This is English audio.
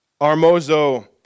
armozo